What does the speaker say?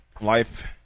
life